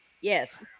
Yes